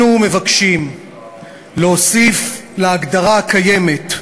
אנחנו מבקשים להוסיף להגדרה הקיימת,